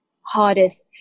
hardest